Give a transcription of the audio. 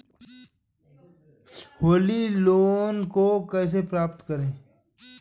Holi loan को कैसे प्राप्त करें?